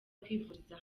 kwivuriza